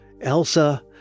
Elsa